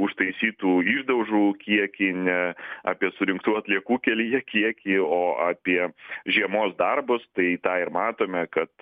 užtaisytų išdaužų kiekį ne apie surinktų atliekų kelyje kiekį o apie žiemos darbus tai tą ir matome kad